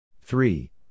three